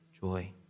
joy